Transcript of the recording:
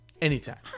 Anytime